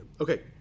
Okay